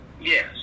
Yes